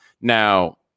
Now